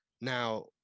Now